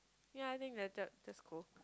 yea I think that that that's cool